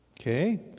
Okay